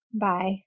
bye